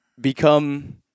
become